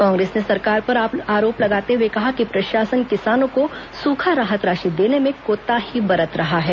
कांग्रेस ने सरकार पर आरोप लगाते हुए कहा कि प्रशासन किसानों को सुखा राहत राशि देने में कोताही बरत रही है